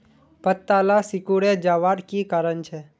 पत्ताला सिकुरे जवार की कारण छे?